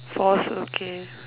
force okay